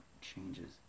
changes